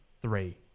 Three